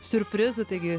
siurprizų taigi